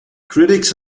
critics